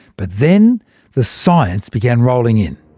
but then the science began rolling in.